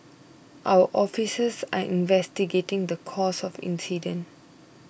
our officers are investigating the cause of the incident